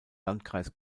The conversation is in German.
landkreis